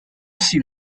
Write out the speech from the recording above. всі